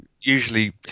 usually